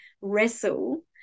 wrestle